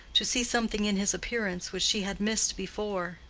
to see something in his appearance which she had missed before.